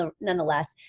nonetheless